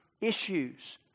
issues